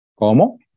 ¿Cómo